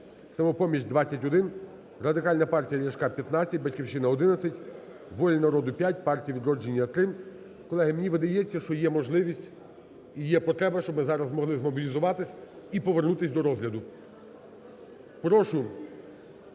"Самопоміч" – 21, Радикальна партія Ляшка – 15, "Батьківщина" – 11, "Воля народу" – 5, "Партія "Відродження"– 3. Колеги, мені видається, що є можливість і є потреба, щоб ми зараз могли змобілізуватись і повернутись до розгляду.